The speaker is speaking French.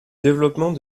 développement